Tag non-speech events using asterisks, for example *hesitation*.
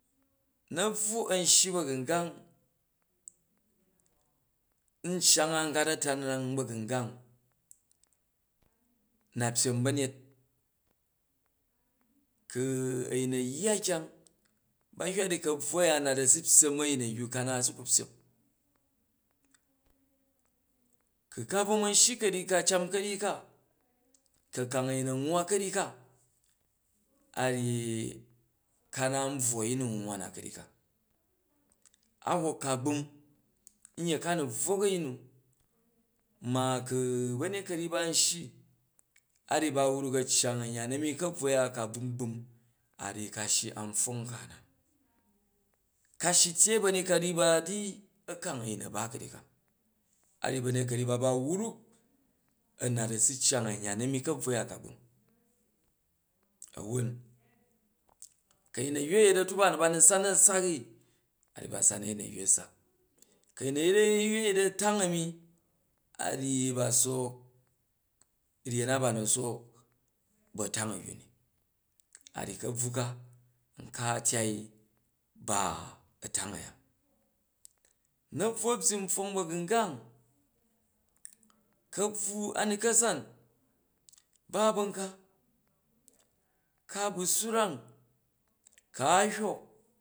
Na̱bvu a̱n shyi ba̱gangang n cyang an gat a̱tamrang ba̱gamgang, na pyyem ba̱ nyet ku a̱yin a̱ yya kyang ba hyira di ka̱bvu a̱ya nat a̱sa pyyem a̱yin a̱yyu ka naat a̱ su ku pyyem ku ka bvo man shyi ka̱ryyi ka a̱ cam ka̱ryyi a, ku a̱kang a̱yin a nwwa ka̱ryyi ka, a rryi, ka na nbvwo a̱yin nu nwwa ka̱ryyi ka a hwok ka gbum nye ka nu bvwuk a̱yin na ma ku̱ ba̱nyet ka̱ryyi ba a̱n shyi a ryyi ba wruk a̱ cyang a̱nyan a̱mi ka̱bvu a̱ya ka gbum a ryyi ka shii a̱n pfwong nka na, ka shyi u̱ tyyei ba̱nyet ka̱yyi ba di a̱kana a̱yin a̱ ba kwayi ka a ryyi ba̱nyet ka̱ryyi ba ba wruk a̱ nat a̱ su cyang a̱nyan a mi ka̱bvu uya ka gbuni a̱won *hesitation* ku̱ a̱yin a̱yyu a̱yet a̱tuba nu ba na san a̱ sak ni a nyyi a ryyi ba san a̱yin a̱yu a̱ sak ku a̱yin a̱yya a̱ yet a̱tang a̱mi a ryyi ba sook ryen na ba ni sook ba a̱tang ayyu ni, a ryyi ka̱bvwu ka nka tyai ba a̱tang a̱ya, na̱bvu a̱ byyi npfwong ba̱gimgang, ka̱bvu a̱ na ka san u ba ban ka ka bu swrang, ku a fywok